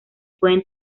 pueden